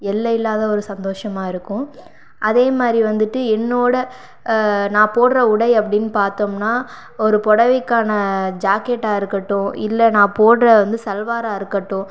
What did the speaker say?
எல்லையில்லாத ஒரு சந்தோஷமாக இருக்கும் அதே மாதிரி வந்துட்டு என்னோடய நான் போடுற உடை அப்படின்னு பார்த்தோம்னா ஒரு புடவைக்கான ஜாக்கெட்டாக இருக்கட்டும் இல்லை நான் போடுற வந்து சல்வாராக இருக்கட்டும்